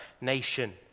nation